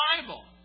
Bible